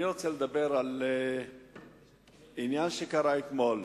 אני רוצה לדבר על עניין שקרה אתמול,